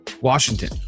Washington